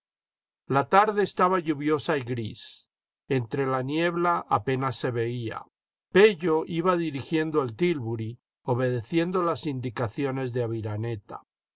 la tarde estaba lluviosa y gris entre la niebla apenas se veía pello iba dirigiendo el tílburi obedeciendo las indicaciones de aviraneta